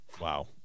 Wow